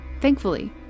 Thankfully